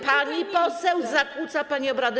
Pani poseł, zakłóca pani obrady.